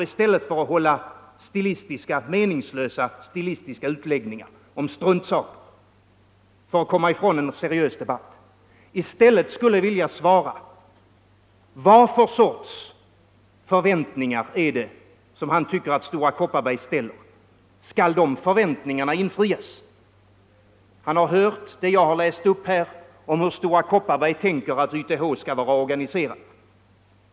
I stället för att hålla meningslösa stilistiska utläggningar om struntsaker för att komma ifrån en seriös debatt borde herr Alemyr svara på frågan vilken sorts förväntningar han tror att Stora Kopparberg ställer. Skall de förväntningarna infrias? Han hörde det jag läste upp om hur Stora Kopparberg anser att YTH skall vara organiserad.